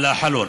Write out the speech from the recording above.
לחלון.